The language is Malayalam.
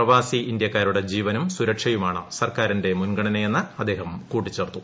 പ്രവാസി ഇന്ത്യാക്കാരുടെ ജീവനും സുരക്ഷയുമാണ് സർക്കാറിന്റെ മുൻഗണനയെന്ന് അദ്ദേഹം കൂട്ടിച്ചേർത്തു